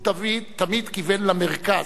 הוא תמיד כיוון למרכז,